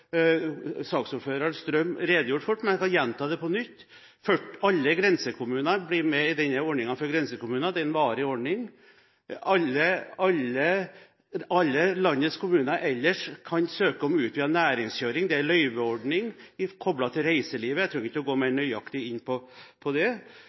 saksordfører Strøm redegjort for. Jeg kan gjenta det på nytt: Alle grensekommunene blir med i denne ordningen for grensekommunene, som er en varig ordning. Alle landets kommuner ellers kan søke om utvidet næringskjøring – en løyveordning koblet til reiselivet. Jeg behøver ikke å gå